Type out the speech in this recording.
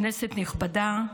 כנסת נכבדה,